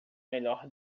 melhor